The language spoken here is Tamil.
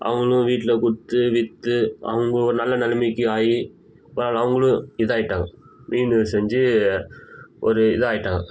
அவங்களும் வீட்டில் கொடுத்து விற்று அவங்க ஒரு நல்ல நிலமைக்கி ஆகி பரவால்லை அவங்களும் இதாகிட்டாங்க மீன் செஞ்சு ஒரு இதாயிட்டாங்க